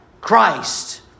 Christ